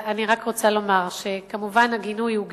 אני רק רוצה לומר שכמובן הגינוי הוא גינוי,